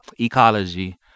ecology